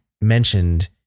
mentioned